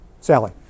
Sally